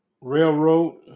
railroad